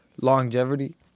longevity